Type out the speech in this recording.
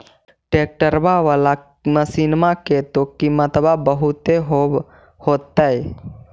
ट्रैक्टरबा बाला मसिन्मा के तो किमत्बा बहुते होब होतै?